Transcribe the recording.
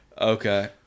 Okay